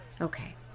Okay